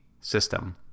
system